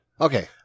okay